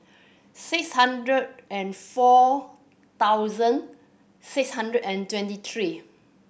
six hundred and four thousand six hundred and twenty three